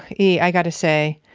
e, i gotta say,